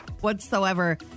whatsoever